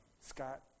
Scott